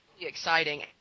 exciting